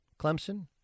Clemson